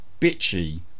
bitchy